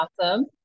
Awesome